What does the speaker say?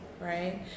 right